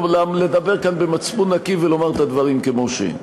לדבר כאן במצפון נקי ולומר את הדברים כמו שהם.